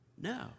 No